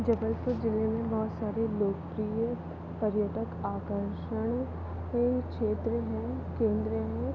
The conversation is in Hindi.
जबलपुर जिले में बहुत सारे लोकप्रिय पर्यटक आकर्षण के क्षेत्र हैं केंद्र हैं